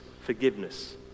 forgiveness